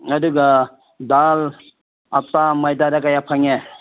ꯑꯗꯨꯒ ꯗꯥꯜ ꯑꯇꯥ ꯃꯣꯏꯗꯥꯗ ꯀꯌꯥ ꯐꯪꯉꯦ